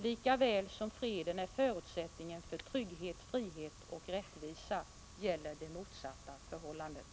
Likaväl som freden är förutsättningen för trygghet, frihet och rättvisa gäller det motsatta förhållandet.